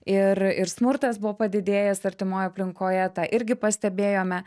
ir ir smurtas buvo padidėjęs artimoj aplinkoje tą irgi pastebėjome